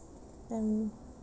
and